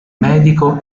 medico